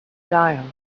style